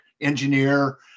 engineer